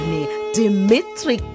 Dimitri